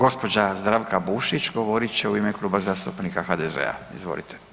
Gđa. Zdravka Bušić govorit će u ime Kluba zastupnika HDZ-a, izvolite.